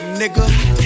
nigga